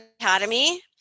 Academy